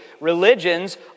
religions